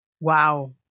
Wow